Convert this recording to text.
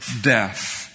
death